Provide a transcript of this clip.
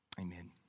Amen